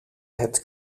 het